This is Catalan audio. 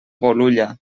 bolulla